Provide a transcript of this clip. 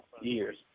years